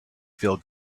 feel